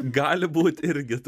gali būt irgi